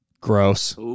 Gross